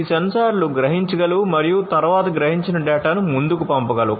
ఈ సెన్సార్లు గ్రహించగలవు మరియు తరువాత గ్రహించిన డేటాను ముందుకు పంపగలవు